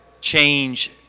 change